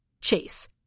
Chase